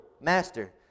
Master